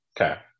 Okay